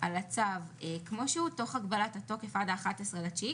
על הצו כמו שהוא, תוך הגבלת התוקף עד ה-11.9.